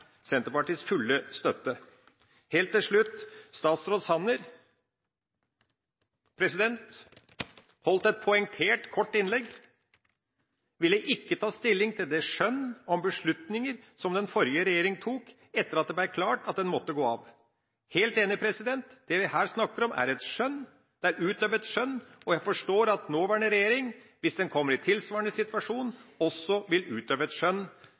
Senterpartiets fulle støtte. Helt til slutt: Statsråd Sanner holdt et poengtert, kort innlegg. Han ville ikke ta stilling til det skjønn om beslutninger som den forrige regjeringa tok etter at det ble klart at den måtte gå av. Jeg er helt enig – det vi her snakker om, er et skjønn. Det er utøvd et skjønn, og jeg forstår at nåværende regjering, hvis den kommer i tilsvarende situasjon, også vil utøve et skjønn